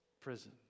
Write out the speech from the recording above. prison